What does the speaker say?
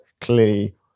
clearly